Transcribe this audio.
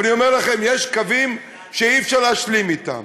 אבל אני אומר לכם, יש קווים שאי-אפשר להשלים אתם.